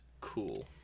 cool